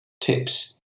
tips